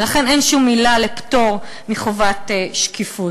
ולכן אין שום עילה לפטור מחובת שקיפות.